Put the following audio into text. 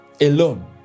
alone